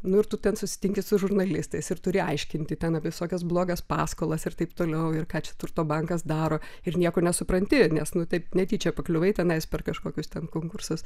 nu ir tu ten susitinki su žurnalistais ir turi aiškinti ten apie visokias blogas paskolas ir taip toliau ir ką čia turto bankas daro ir nieko nesupranti nes taip netyčia pakliuvai tenais per kažkokius ten konkursus